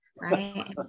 Right